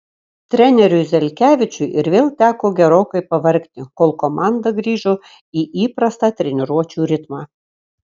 treneriui zelkevičiui ir vėl teko gerokai pavargti kol komanda grįžo į įprastą treniruočių ritmą